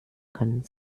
können